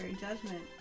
judgment